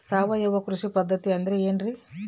ಸಾವಯವ ಕೃಷಿ ಪದ್ಧತಿ ಅಂದ್ರೆ ಏನ್ರಿ?